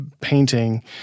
painting